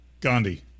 gandhi